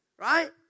Right